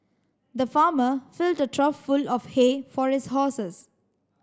the farmer filled the trough full of hay for his horses